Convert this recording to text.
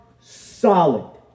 solid